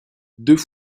deux